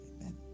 amen